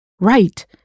Right